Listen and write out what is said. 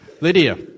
Lydia